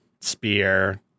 spear